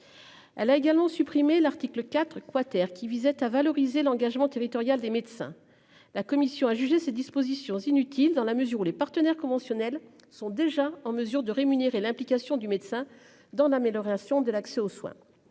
Elle a également supprimé l'article IV quater, qui visait à valoriser l'engagement territorial des médecins. La commission a jugé ces dispositions inutile dans la mesure où les partenaires conventionnels sont déjà en mesure de rémunérer l'implication du médecin dans l'amélioration de l'accès aux soins.